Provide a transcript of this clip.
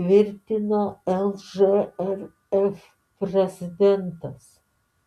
tvirtino lžrf prezidentas